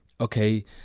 okay